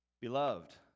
Beloved